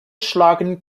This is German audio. schlagen